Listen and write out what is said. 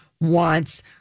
wants